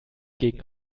gegen